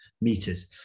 meters